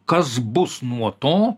kas bus nuo to